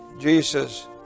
Jesus